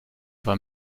war